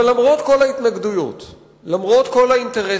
אבל למרות כל ההתנגדויות וכל האינטרסים,